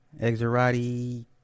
Exorati